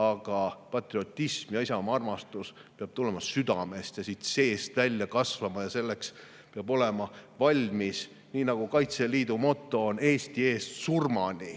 Aga patriotism ja isamaa-armastus peab tulema südamest, see peab seest välja kasvama. Ja selleks peab olema valmis. Nii nagu Kaitseliidu moto on: Eesti eest surmani.